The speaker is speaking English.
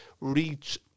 reach